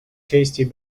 tasty